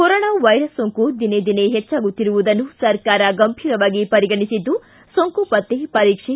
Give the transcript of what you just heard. corona virus ಸೋಂಕು ದಿನೇ ದಿನೇ ಹೆಚ್ಚಾಗುತ್ತಿರುವುದನ್ನು ಸರ್ಕಾರ ಗಂಭೀರವಾಗಿ ಪರಿಗಣಿಸಿದ್ದು ಸೋಂಕು ಪತ್ತೆ ಪರೀಕ್ಷೆ